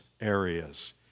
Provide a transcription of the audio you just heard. areas